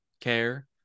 care